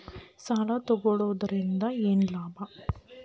ಸಾಲ ತಗೊಳ್ಳುವುದರಿಂದ ಏನ್ ಲಾಭ?